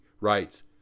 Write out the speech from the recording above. writes